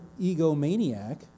egomaniac